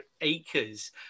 acres